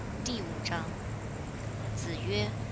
di wu zhang zi yue,